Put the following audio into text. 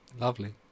Lovely